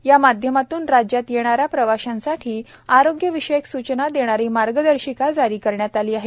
या माध्यमातून राज्यात येणाऱ्या प्रवाशांसाठी आरोग्यविषयक सूचना देणारी मार्गदर्शिका जारी केली आहे